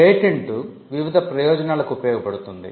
patent వివిధ ప్రయోజనాలకు ఉపయోగపడుతుంది